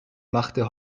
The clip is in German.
machte